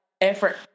effort